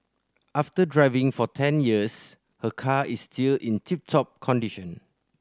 after driving for ten years her car is still in tip top condition